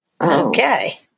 Okay